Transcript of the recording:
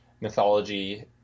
mythology